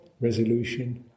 resolution